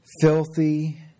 filthy